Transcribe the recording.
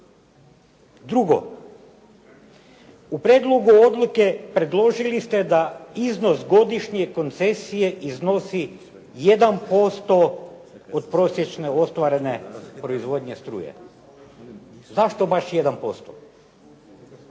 Drugo, u Prijedlogu odluke izložili ste da iznos godišnje koncesije iznosi 1% od prosječne ostvarene proizvodnje struje, otkud baš 1%.